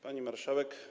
Pani Marszałek!